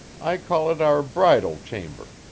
i call it our bridal chamber,